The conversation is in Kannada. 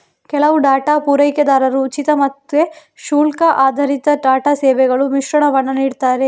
ಕೆಲವು ಡೇಟಾ ಪೂರೈಕೆದಾರರು ಉಚಿತ ಮತ್ತೆ ಶುಲ್ಕ ಆಧಾರಿತ ಡೇಟಾ ಸೇವೆಗಳ ಮಿಶ್ರಣವನ್ನ ನೀಡ್ತಾರೆ